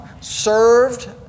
served